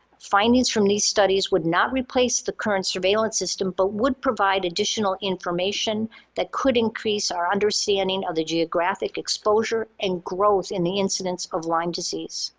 findings from these studies would not replace the current surveillance system but would provide additional information that could increase our understanding of the geographic exposure and growth in the incidence of lyme disease.